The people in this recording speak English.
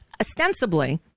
Ostensibly